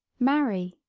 marry,